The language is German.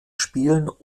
spielen